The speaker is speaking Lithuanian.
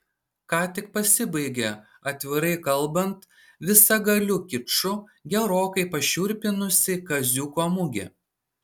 ką tik pasibaigė atvirai kalbant visagaliu kiču gerokai pašiurpinusi kaziuko mugė